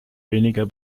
weniger